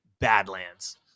badlands